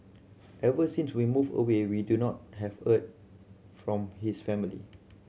ever since to we moved away we do not have heard from his family